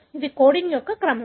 ఇది కోడింగ్ క్రమం